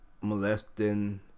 molesting